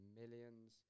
millions